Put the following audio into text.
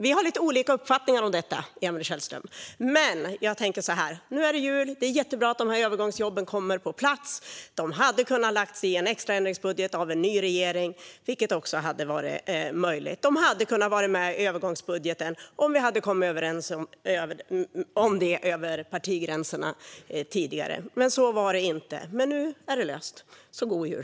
Vi har lite olika uppfattningar om detta, Emil Källström. Men nu är det jul. Det är jättebra att övergångsjobben kommer på plats. Förslaget om dem hade kunnat läggas fram i en extraändringsbudget av en ny regering, vilket hade varit möjligt. De hade kunnat vara med i övergångsbudgeten om vi hade kommit överens om det över partigränserna tidigare, men så var det inte. Nu är det löst, så god jul!